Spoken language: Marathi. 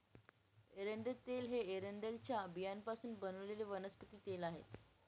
एरंडेल तेल हे एरंडेलच्या बियांपासून बनवलेले वनस्पती तेल आहे